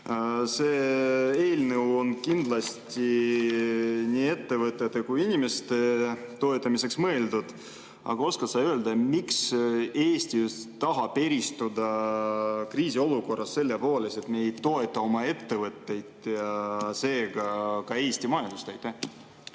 See eelnõu on kindlasti mõeldud nii ettevõtete kui ka inimeste toetamiseks. Aga oskad sa öelda, miks Eesti tahab eristuda kriisiolukorras selle poolest, et me ei toeta oma ettevõtteid ega seega ka Eesti majandust?